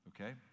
okay